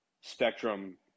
spectrum